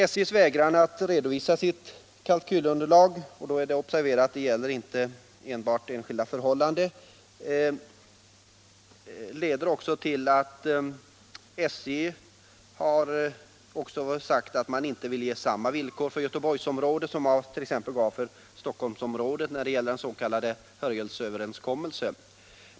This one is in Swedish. SJ vägrar att redovisa sitt kalkylunderlag, och det är att observera att detta inte gäller s.k. enskilda förhållanden. Så mycket är dock klart som att SJ inte vill ge samma villkor för Göteborg som man gav t.ex. Stockholmsområdet genom den s.k. Hörjelöverenskommelsen.